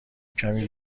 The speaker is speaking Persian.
کمی